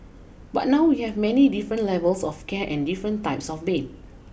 but now we have many different levels of care and different types of bed